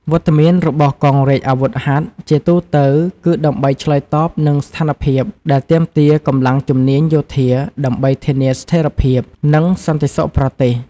វត្តមានរបស់កងរាជអាវុធហត្ថជាទូទៅគឺដើម្បីឆ្លើយតបនឹងស្ថានភាពដែលទាមទារកម្លាំងជំនាញយោធាដើម្បីធានាស្ថេរភាពនិងសន្តិសុខប្រទេស។